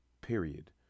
period